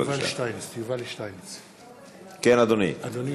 מלבד התוספת של יותר מ-50% לשכר השוטף של החיילים הסדירים,